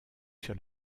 sur